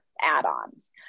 add-ons